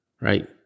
right